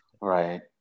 Right